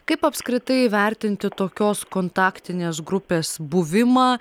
kaip apskritai vertinti tokios kontaktinės grupės buvimą